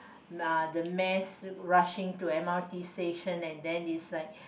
nah the mass rushing to m_r_t station and then is like